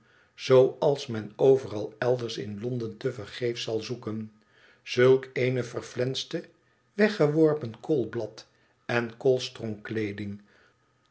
zooals men overal elders in londen tevergeefs zal zoeken zulk eene verflenste weggeworpen koolblad en